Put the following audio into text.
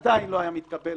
עדיין לא היה מתקבל